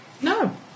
No